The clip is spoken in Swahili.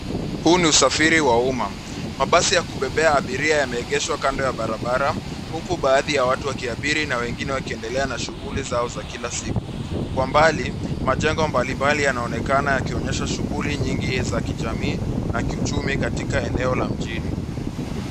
Huu ni usafiri wa uma. Mabasi ya kubebea abiria yameegeshwa kando ya barabara, huku baadhi ya watu wakiabiri na wengine wakiendelea na shughuli zao za kila siku. Kwa mbali, majengo mbali mbali yanaonekana yakionyesha shughuli nyingi za kijamii na kiuchumi, katika eneo la mjini.